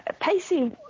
pacey